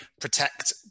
protect